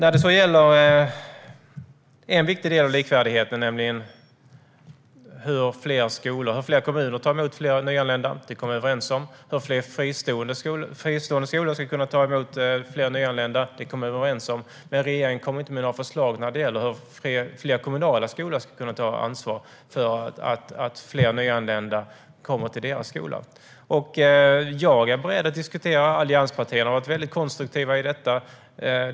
Vi kom överens om en viktig del av likvärdigheten, nämligen hur fler kommuner tar emot fler nyanlända. Vi kom också överens om hur fler fristående skolor ska kunna ta emot fler nyanlända. Men regeringen kommer inte med något förslag när det gäller hur fler kommunala skolor ska kunna ta ansvar för att fler nyanlända kommer till deras skolor. Jag är beredd att diskutera, och allianspartierna har varit konstruktiva i detta.